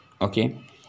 okay